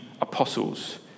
apostles